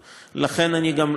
ולכן אני גם,